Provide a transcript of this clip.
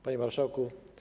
Panie Marszałku!